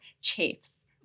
chafes